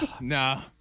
No